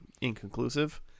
inconclusive